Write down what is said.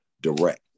direct